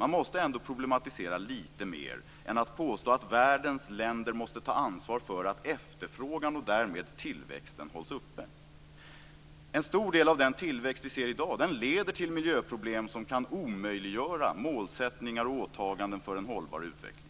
Man måste ändå problematisera lite mer än att påstå att världens länder måste ta ansvar för att "efterfrågan och därmed tillväxten hålls uppe". En stor del av den tillväxt vi ser i dag leder till miljöproblem som kan omöjliggöra målsättningar och åtaganden för en hållbar utveckling.